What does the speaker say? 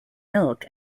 milk